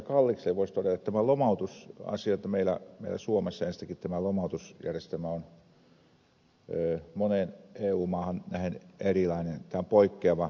kallikselle voisi todeta tästä lomautusasiasta että meillä suomessa enstäinkin tämä lomautusjärjestelmä on moneen eu maahan nähden erilainen tämä on poikkeava